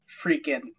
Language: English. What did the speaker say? freaking